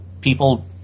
people